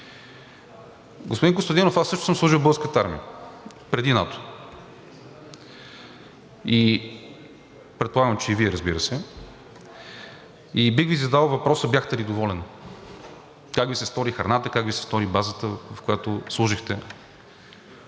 Господин Костадинов, аз също съм служил в Българската армия преди НАТО, предполагам, че и Вие, разбира се, и бих Ви задал въпроса: бяхте ли доволен. Как Ви се стори храната, как Ви се стори базата, в която служихте?